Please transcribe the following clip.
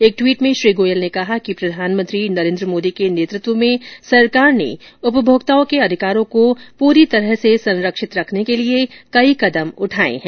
एक ट्वीट में श्री गोयल ने कहा कि प्रधानमंत्री नरेन्द्र मोदी के नेतृत्व में सरकार ने उपभोक्ताओं के अधिकारों को पूरी तरह से संरक्षित रखने के लिए कई कदम उठाए हैं